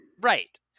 right